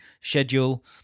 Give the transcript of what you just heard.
Schedule